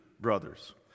brothers